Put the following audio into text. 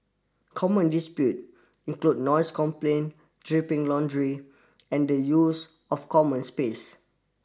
common dispute include noise complaint dripping laundry and the use of common space